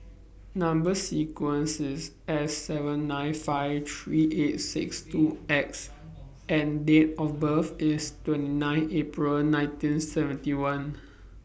Number sequence IS S seven nine five three eight six two X and Date of birth IS twenty nine April nineteen seventy one